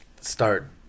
start